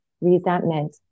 resentment